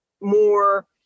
more